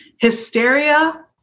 Hysteria